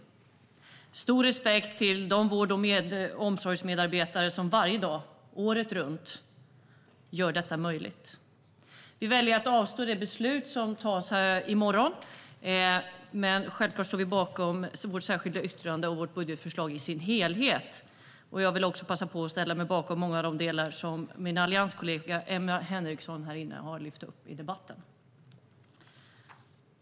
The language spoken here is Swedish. Jag har stor respekt för de vård och omsorgsmedarbetare som varje dag året runt gör detta möjligt. Vi väljer att avstå från det beslut som fattas i morgon, men självfallet står vi bakom vårt särskilda yttrande och vårt budgetförslag i dess helhet. Jag vill också passa på att ställa mig bakom många av de delar som min allianskollega Emma Henriksson här tidigare har lyft upp i debatten.